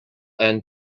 and